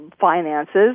finances